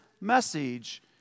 message